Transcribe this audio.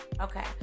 Okay